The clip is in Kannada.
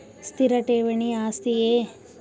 ಸ್ಥಿರ ಠೇವಣಿ ಆಸ್ತಿಯೇ?